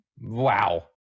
Wow